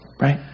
right